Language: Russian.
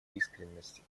искренность